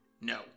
no